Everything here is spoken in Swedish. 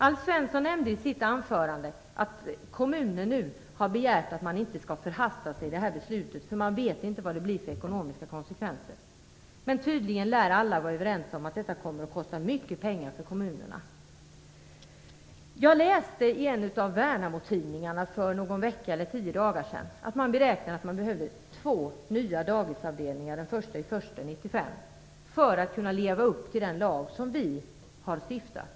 Alf Svensson nämnde i sitt anförande att kommunen har begärt att man inte skall förhasta sig i det här beslutet, eftersom man inte vet vad det blir för ekonomiska konsekvenser. Tydligen lär alla vara överens om att detta kommer att kosta mycket pengar för kommunerna. Jag läste i en av Värnamotidningarna för någon vecka eller tio dagar sedan att det behövdes två nya dagisavdelningar den 1 januari 1995 för att man skulle kunna leva upp till den lag som vi har stiftat.